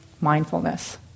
mindfulness